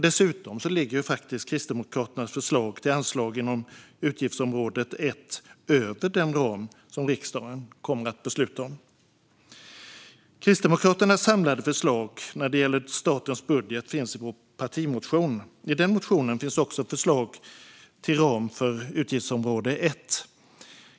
Dessutom ligger faktiskt Kristdemokraternas förslag till anslag inom utgiftsområde 1 över den ram som riksdagen kommer att besluta om. Kristdemokraternas samlade förslag när det gäller statens budget finns i vår partimotion. I den motionen finns också ett förslag till ram för utgiftsområde 1.